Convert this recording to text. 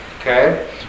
Okay